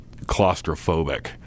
claustrophobic